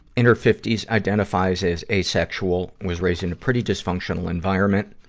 in her fifty s, identifies as asexual, was raised in a pretty dysfunctional environment.